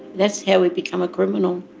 that's how he became a criminal.